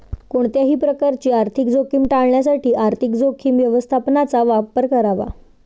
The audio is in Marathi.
कोणत्याही प्रकारची आर्थिक जोखीम टाळण्यासाठी आर्थिक जोखीम व्यवस्थापनाचा वापर करा